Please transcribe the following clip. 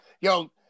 yo